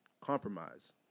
compromise